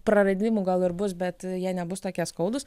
praradimų gal ir bus bet jie nebus tokie skaudūs